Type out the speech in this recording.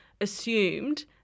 assumed